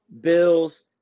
Bills